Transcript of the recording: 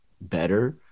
better